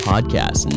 Podcast